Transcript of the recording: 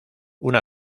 una